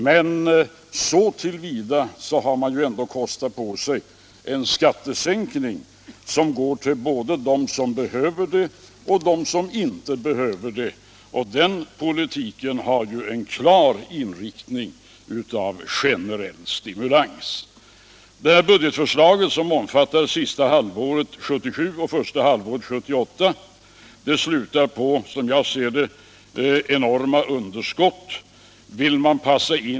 Man har emellertid kostat på sig en skattesänkning som går till både dem som behöver den och dem som inte behöver den, och den politiken har ju en klar inriktning mot generell stimulans. Det här budgetförslaget, som omfattar sista halvåret 1977 och första halvåret 1978, slutar som jag ser det på det enorma underskottet om 16 miljarder.